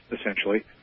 essentially